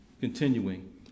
Continuing